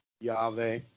Yahweh